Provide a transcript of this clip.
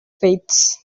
faiths